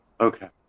Okay